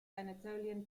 anatolian